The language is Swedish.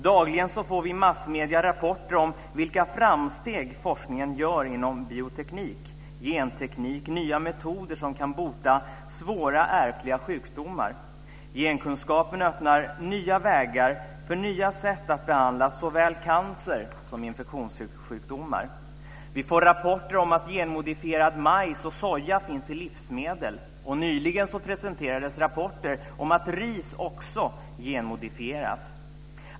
Dagligen får vi i massmedier rapporter om vilka framsteg forskningen gör inom bioteknik, genteknik och nya metoder som kan bota svåra ärftliga sjukdomar. Genkunskapen öppnar nya vägar för att behandla såväl cancer som infektionssjukdomar. Vi får rapporter om att genmodifierad majs och soja finns i livsmedel. Nyligen presenterades rapporter om att också ris genmodifieras.